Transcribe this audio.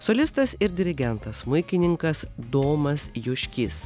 solistas ir dirigentas smuikininkas domas juškys